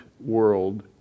world